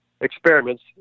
experiments